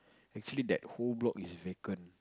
actually that whole block is vacant